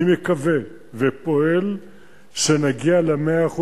אני מקווה ופועל שנגיע ל-100%,